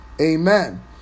Amen